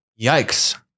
Yikes